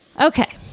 Okay